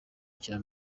cya